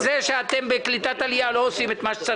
עלייה וקליטה זה לא הביזנס הפרטי שלנו או של מפלגה כזאת או אחרת.